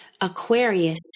Aquarius